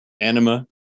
Anima